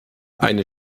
eine